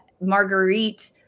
Marguerite